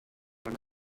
run